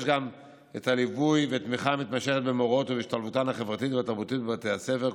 יש ליווי ותמיכה מתמשכת במורות ובהשתלבותן החברתית והתרבותית בבתי הספר,